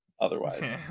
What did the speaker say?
otherwise